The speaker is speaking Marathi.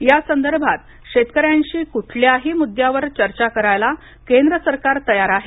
या संदर्भात शेतकऱ्यांशी कुठल्याही मुद्यावर चर्चा करायला केंद्र सरकार तयार आहे